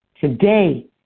today